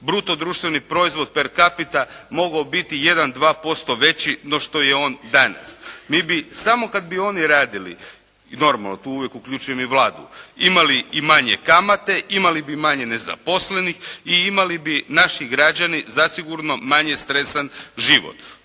bruto društveni proizvod per capita mogao biti 1, 2% veći no što je on danas. Mi bi samo kad bi oni radili, normalno tu uvijek uključujem i Vladu imali i manje kamate. Imali bi manje nezaposlenih i imali bi naši građani zasigurno manje stresan život.